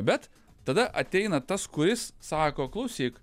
bet tada ateina tas kuris sako klausyk